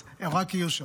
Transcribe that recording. אז הן רק יהיו שם.